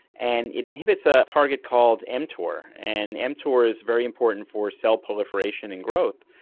and it inhibits a target called mtor, and mtor is very important for cell proliferation and growth.